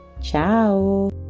Ciao